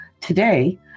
Today